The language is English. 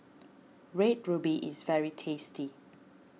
Red Ruby is very tasty